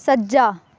ਸੱਜਾ